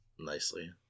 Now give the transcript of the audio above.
nicely